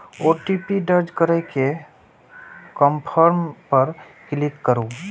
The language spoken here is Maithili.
ओ.टी.पी दर्ज करै के कंफर्म पर क्लिक करू